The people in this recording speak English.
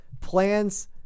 plans